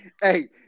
Hey